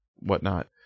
Whatnot